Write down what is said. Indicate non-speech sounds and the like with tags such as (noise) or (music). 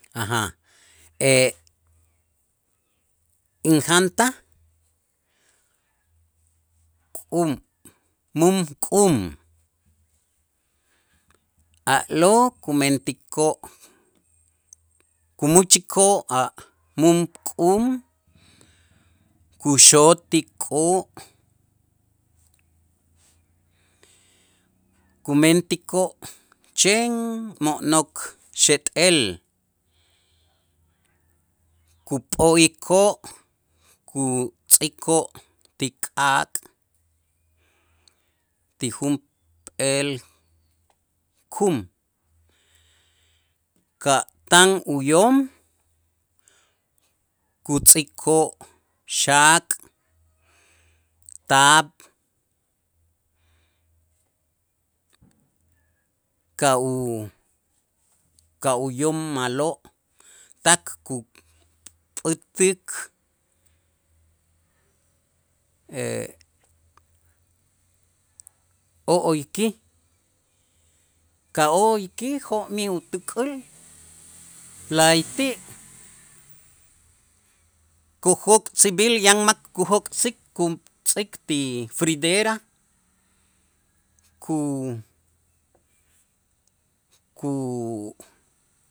(hesitation) Injantaj kum mum k'um a'lo' kumentikoo' kumächikoo' a' mum k'um kuxot'ikoo' kumentikoo' chen mo'nok xeet'el kup'o'ikoo' kutz'ikoo' ti k'aak' ti junp'eel kum ka' tan uyoom kutz'ikoo' xak, taab' ka' u ka' uyoom ma'lo' tak kupät'ik (hesitation) o'oykij ka'oykij jo'mij utuk'ul la'ayti' kujok'sib'il yan mak kujok'sik kutz'ik ti fridera ku- ku